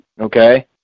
okay